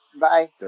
Bye